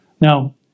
Now